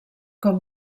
com